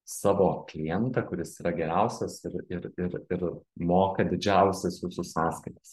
savo klientą kuris yra geriausias ir ir ir ir moka didžiausias jūsų sąskaitas